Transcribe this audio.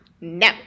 No